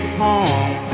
home